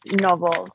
novels